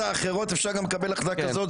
אפשר גם לקבל החלטה כזאת,